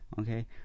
Okay